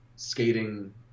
Skating